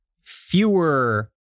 fewer